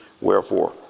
Wherefore